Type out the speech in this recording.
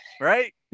right